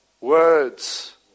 Words